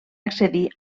accedir